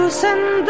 send